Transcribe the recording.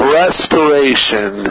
restoration